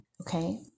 okay